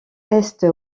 est